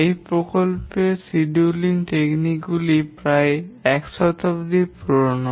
এই প্রকল্পের schedule technique গুলি প্রায় এক শতাব্দীর পুরানো